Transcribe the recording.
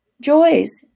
joys